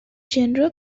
general